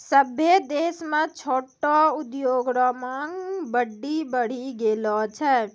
सभ्भे देश म छोटो उद्योग रो मांग बड्डी बढ़ी गेलो छै